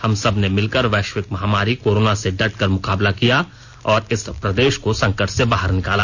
हम सबने मिलकर वैश्विक महामारी कोरोना से डटकर मुकाबला किया और इस प्रदेश को संकट से बाहर निकाला